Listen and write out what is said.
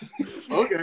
Okay